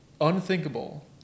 unthinkable